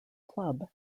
club